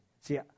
See